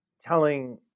telling